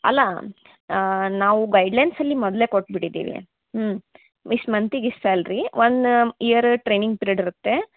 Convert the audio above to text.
ಅಲ್ಲಾ ನಾವು ಗೈಡ್ಲೈನ್ಸಲ್ಲಿ ಮೊದಲೇ ಕೊಟ್ಬಿಟ್ಟಿದ್ದೀವಿ ಇಷ್ಟು ಮಂತಿಗೆ ಇಷ್ಟು salary one year training period ಇರುತ್ತೆ